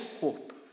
hope